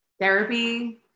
Therapy